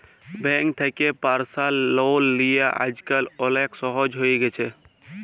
bank থ্যাকে personal loan লিয়া আইজকাল অলেক সহজ হ্যঁয়ে গেছে